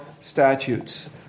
statutes